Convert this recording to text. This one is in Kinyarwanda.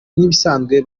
nk’ibisanzwe